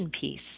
piece